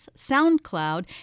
SoundCloud